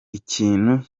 ikintu